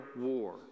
war